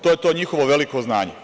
To je to njihovo veliko znanje.